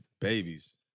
Babies